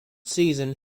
season